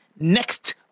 next